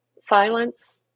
silence